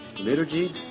liturgy